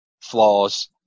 flaws